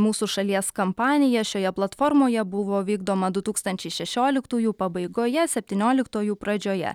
mūsų šalies kampanija šioje platformoje buvo vykdoma du tūkstančiai šešioliktųjų pabaigoje septynioliktųjų pradžioje